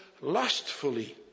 lustfully